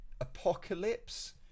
apocalypse